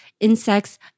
Insects